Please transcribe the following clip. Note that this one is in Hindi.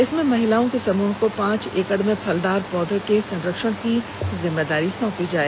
इसमें महिलाओं के समृह को पांच एकड़ में फलदार पौधा के संरक्षण की जिम्मेदारी सौंपी जाए